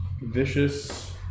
vicious